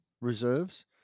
reserves